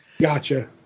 Gotcha